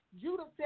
Judah